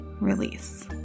Release